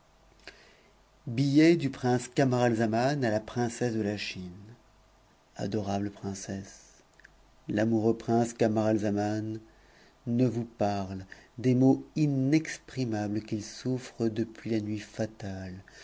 du prince camaralzaman a la princesse de la chine adorable princesse l'amoureux prince camaralzaman ne vous parle t s des maux inexprimables qu'il souffre depuis la nuit fatale